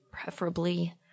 preferably